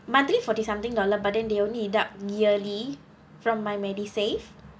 monthly forty something dollar but then they only deduct yearly from my medisave